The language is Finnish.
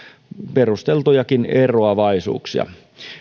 perusteltujakin eroavaisuuksia